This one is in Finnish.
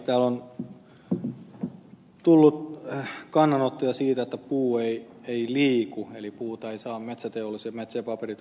täällä on tullut kannanottoja siitä että puu ei liiku eli puuta ei saa metsä ja paperiteollisuus tarpeeksi